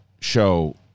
show